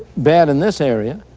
bad in this area,